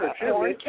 Sure